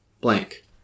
blank